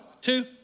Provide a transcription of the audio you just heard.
two